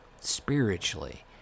spiritually